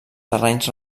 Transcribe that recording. terrenys